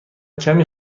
کمی